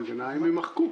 הם יימחקו,